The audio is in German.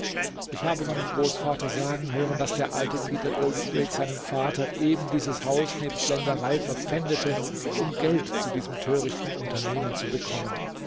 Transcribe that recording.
ich habe meinen großvater sagen hören daß der alte peter goldthwaite seinem vater eben dieses haus nebst länderei verpfändete um geld zu diesem törichten unternehmen zu bekommen